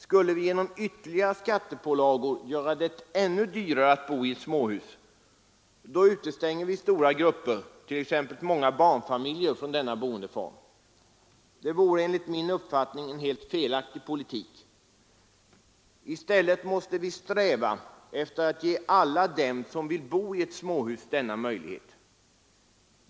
Skulle vi genom ytterligare skattepålagor göra det ännu dyrare att bo i småhus utestänger vi stora grupper, t.ex. många barnfamiljer, från denna boendeform. Det vore enligt min uppfattning en helt felaktig politik. I stället måste vi sträva efter att ge alla dem som vill bo i ett småhus möjligheter att göra detta.